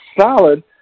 solid